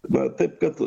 bet taip kad